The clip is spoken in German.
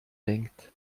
denkt